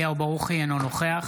אינו נוכח